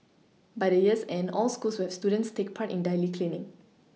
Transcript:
by the year's end all schools will have students take part in daily cleaning